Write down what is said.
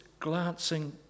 glancing